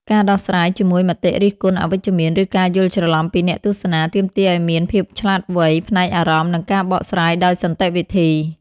ការដោះស្រាយជាមួយមតិរិះគន់អវិជ្ជមាន ឬការយល់ច្រឡំពីអ្នកទស្សនា ទាមទារឱ្យមានភាពឆ្លាតវៃផ្នែកអារម្មណ៍ និងការបកស្រាយដោយសន្តិវិធី។